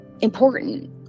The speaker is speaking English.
important